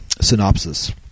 synopsis